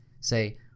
say